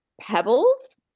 pebbles